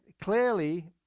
clearly